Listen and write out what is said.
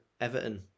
Everton